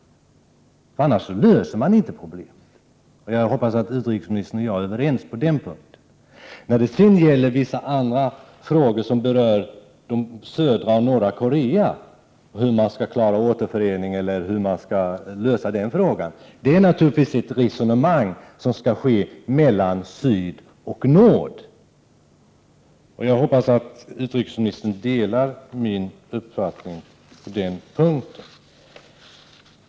Annars löser man inte problemet. Jag hoppas att utrikesministern och jag är överens på den punkten. När det sedan gäller vissa andra frågor som berör södra och norra Korea, t.ex. hur man skall klara en återförening, är det naturligtvis ett resonemang som skall föras mellan syd och nord. Jag hoppas att utrikesministern delar min uppfattning på den punkten.